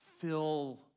Fill